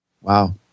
Wow